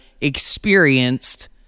experienced